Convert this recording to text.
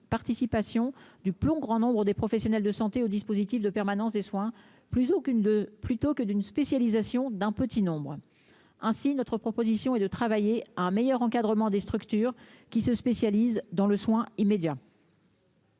participation du plomb grand nombre des professionnels de santé aux dispositifs de permanence des soins plus aucune de plutôt que d'une spécialisation d'un petit nombre ainsi notre proposition et de travailler un meilleur encadrement des structures qui se spécialise dans le soin immédiat.